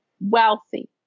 wealthy